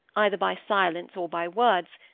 either by silence or by words,